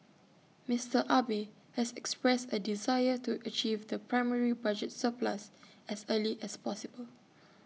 Mister Abe has expressed A desire to achieve the primary budget surplus as early as possible